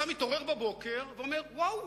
אתה מתעורר בבוקר ואתה אומר: וואו,